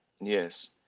Yes